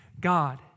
God